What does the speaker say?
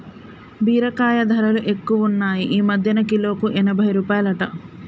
బీరకాయ ధరలు ఎక్కువున్నాయ్ ఈ మధ్యన కిలోకు ఎనభై రూపాయలట